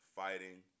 fighting